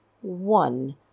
one